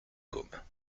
gaume